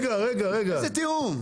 איזה תיאום?